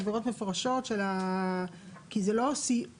עבירות מפורשות של ה- כי זה לא סיוע,